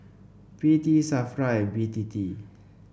P T Safra and B T T